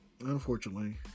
unfortunately